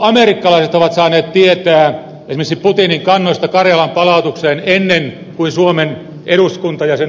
amerikkalaiset ovat saaneet tietää esimerkiksi putinin kannoista karjalan palautukseen ennen kuin suomen eduskunta ja sen ulkoasiainvaliokunta